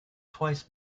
twice